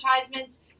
advertisements